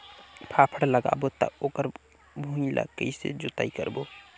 फाफण लगाबो ता ओकर भुईं ला कइसे जोताई करबो?